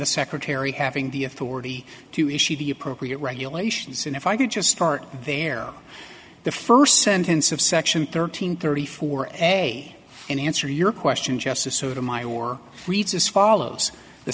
the secretary having the authority to issue the appropriate regulations and if i could just start there the first sentence of section thirteen thirty four a and answer your question just the sort of my or reads as follows the